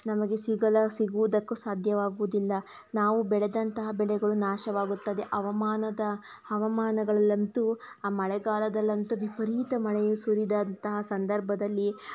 ನಮಗೆ ಸಿಗಲಾ ಸಿಗುವುದಕ್ಕೂ ಸಾಧ್ಯವಾಗುವುದಿಲ್ಲ ನಾವು ಬೆಳೆದಂತಹ ಬೆಳೆಗಳು ನಾಶವಾಗುತ್ತದೆ ಹವಾಮಾನದ ಹವಾಮಾನಗಳಲ್ಲಂತೂ ಆ ಮಳೆಗಾಲದಲ್ಲಂತೂ ವಿಪರೀತ ಮಳೆ ಸುರಿದಂತಹ ಸಂದರ್ಭದಲ್ಲಿ